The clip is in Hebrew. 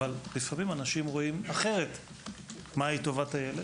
אבל לפעמים אנשים רואים אחרת מה היא טובת הילד.